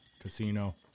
Casino